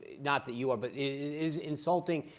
not that you are, but is insulting.